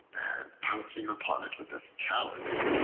and, pouncing upon it with his talons,